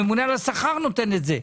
הממונה על השכר נותן את זה,